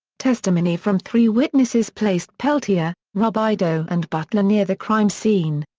testimony from three witnesses placed peltier, robideau and butler near the crime scene.